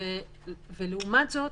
לעומת זאת,